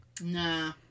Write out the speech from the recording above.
Nah